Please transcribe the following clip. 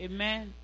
Amen